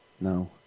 no